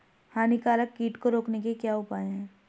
हानिकारक कीट को रोकने के क्या उपाय हैं?